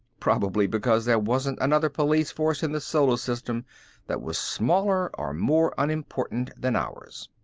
probably because there wasn't another police force in the solar system that was smaller or more unimportant than ours.